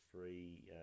free